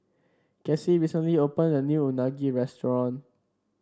Cassie recently opened a new Unagi restaurant